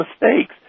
mistakes